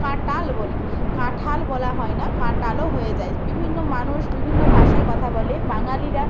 কাঁটাল বলি কাঁঠাল বলা হয় না কাঁটালও হয়ে যায় বিভিন্ন মানুষ বিভিন্ন ভাষায় কথা বলে বাঙালিরা